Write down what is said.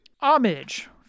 Homage